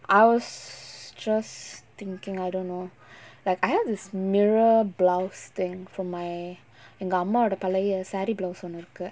I was just thinking I don't know like I have this mirror blouse thing from my எங்க அம்மாவோட பழைய:enga ammavoda palaya sari blouse ஒன்னு இருக்கு:onnu irukku